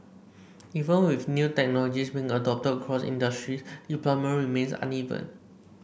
even with new technologies being adopted across industry deployment remains uneven